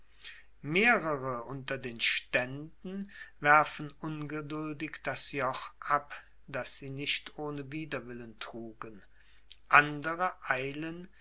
unter den ständen werfen ungeduldig das joch ab das sie nicht ohne widerwillen trugen andere eilen